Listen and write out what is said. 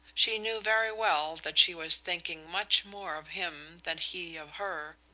she knew very well that she was thinking much more of him than he of her,